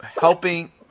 helping